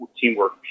teamwork